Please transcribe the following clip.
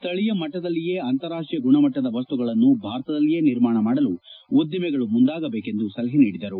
ಸ್ನಳೀಯ ಮಟ್ಟದಲ್ಲಿಯೇ ಅಂತಾರಾಷ್ನೀಯ ಗುಣಮಟ್ಟದ ವಸ್ಸುಗಳನ್ನು ಭಾರತದಲ್ಲಿಯೇ ನಿರ್ಮಾಣ ಮಾಡಲು ಉದ್ದಿಮೆಗಳು ಮುಂದಾಗದೇಕು ಸಲಹೆ ಮಾಡಿದರು